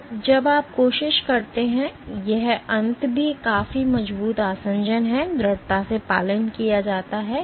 तो जब आप कोशिश करते हैं और यह अंत भी काफी मजबूत आसंजन है दृढ़ता से पालन किया जाता है